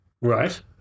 right